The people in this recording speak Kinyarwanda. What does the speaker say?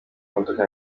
imodoka